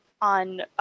on